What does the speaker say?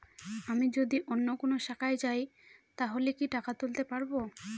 আমি যদি অন্য কোনো শাখায় যাই তাহলে কি টাকা তুলতে পারব?